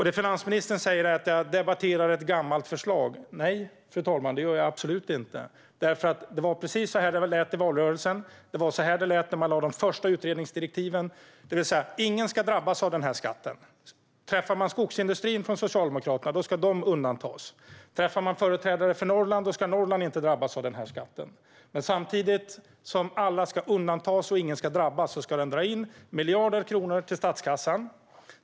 Det finansministern säger är att jag debatterar ett gammalt förslag. Nej, fru talman, det gör jag absolut inte. Det var precis så det lät i valrörelsen. Det var så det lät när man lade fram de första utredningsdirektiven, det vill säga: Ingen ska drabbas av skatten. Träffade man från Socialdemokraterna skogsindustrin skulle den undantas. Träffade man företrädare för Norrland skulle Norrland inte drabbas av skatten. Samtidigt som alla ska undantas och ingen ska drabbas ska den dra in miljarder kronor till statskassan.